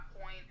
point